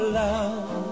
love